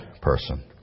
person